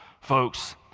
folks